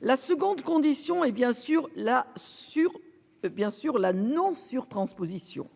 La seconde condition hé bien sur la sur bien sûr la non surtransposition.